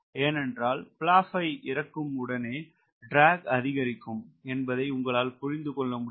ஏனென்றால் பிளாப் ஐ இறக்கும் உடனே ட்ராக் அதிகரிக்கும் என்பதை உங்களால் புரிந்து கொள்ள முடியும்